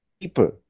people